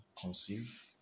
conceive